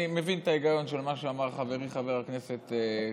אני מבין את ההיגיון של מה שאמר חברי חבר הכנסת קרעי.